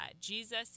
Jesus